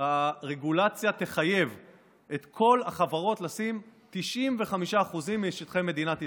הרגולציה תחייב את כל החברות לשים 95% משטחי מדינת ישראל.